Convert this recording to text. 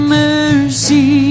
mercy